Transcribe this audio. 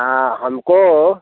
हाँ हमको